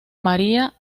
maría